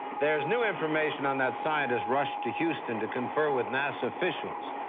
there's new information on that scientist rushed to houston to confer with nasa officials.